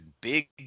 big